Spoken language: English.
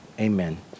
Amen